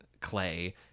clay